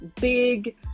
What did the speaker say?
big